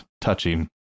touching